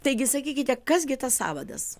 taigi sakykite kas gi tas sąvadas